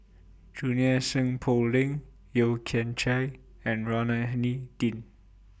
Junie Sng Poh Leng Yeo Kian Chye and Rohani Din